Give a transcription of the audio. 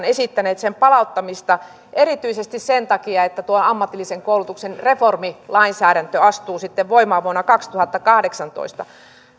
esittäneet sen palauttamista erityisesti sen takia että tuo ammatillisen koulutuksen reformilainsäädäntö astuu sitten voimaan vuonna kaksituhattakahdeksantoista